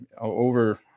over